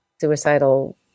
suicidal